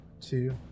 two